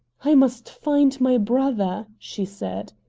i must find my brother, she said.